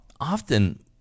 often